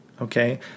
Okay